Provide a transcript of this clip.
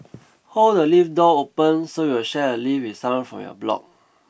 hold the lift door open so you'll share a lift with someone from your block